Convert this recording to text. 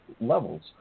levels